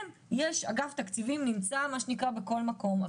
כן אגף תקציבים נמצא בכל מקום,